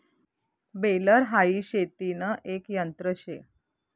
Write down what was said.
baler हाई शेतीन एक यंत्र शे